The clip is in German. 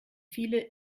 viele